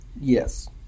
Yes